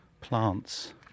plants